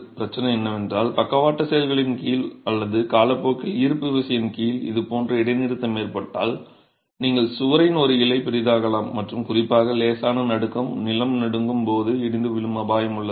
பிரச்சனை என்னவென்றால் பக்கவாட்டுச் செயல்களின் கீழ் அல்லது காலப்போக்கில் ஈர்ப்பு விசையின் கீழ் இதுபோன்ற இடைநிறுத்தம் ஏற்பட்டால் நீங்கள் சுவரின் ஒரு இலை பெரிதாகலாம் மற்றும் குறிப்பாக லேசான நடுக்கம் நிலம் நடுங்கும் போது இடிந்து விழும் அபாயம் உள்ளது